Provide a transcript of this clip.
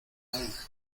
alma